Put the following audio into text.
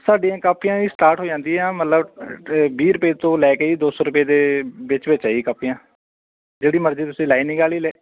ਸਾਡੀਆਂ ਕਾਪੀਆਂ ਦੀ ਸਟਾਰਟ ਹੋ ਜਾਂਦੀ ਆਂ ਮਤਲਬ ਵੀਹ ਰੁਪਏ ਤੋਂ ਲੈ ਕੇ ਦੋ ਸੌ ਰੁਪਏ ਦੇ ਵਿੱਚ ਵਿੱਚ ਹੈ ਜੀ ਕਾਪੀਆਂ ਜਿਹੜੀ ਮਰਜ਼ੀ ਤੁਸੀਂ ਲਾਈਨਿੰਗ ਵਾਲੀ ਲੈ